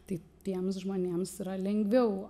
tai tiems žmonėms yra lengviau